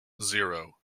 zero